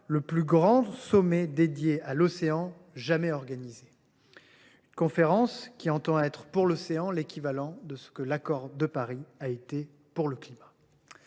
le plus grand sommet consacré à ce sujet jamais organisé, un événement qui entend être pour l’océan l’équivalent de ce que l’accord de Paris a été pour le climat.